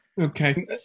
Okay